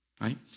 right